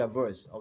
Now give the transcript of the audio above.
verse